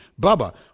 Bubba